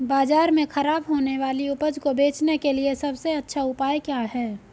बाजार में खराब होने वाली उपज को बेचने के लिए सबसे अच्छा उपाय क्या है?